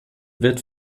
wird